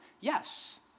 Yes